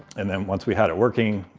and then once we had it working,